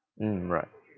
mm right